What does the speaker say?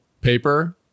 paper